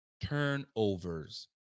Turnovers